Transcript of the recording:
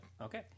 Okay